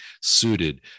suited